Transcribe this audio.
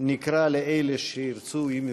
נקרא לאלה שירצו לדבר, אם ירצו.